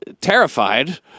terrified